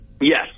Yes